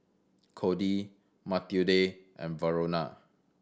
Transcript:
Cody Mathilde and Verona